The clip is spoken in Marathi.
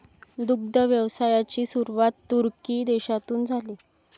दुग्ध व्यवसायाची सुरुवात तुर्की देशातून झाली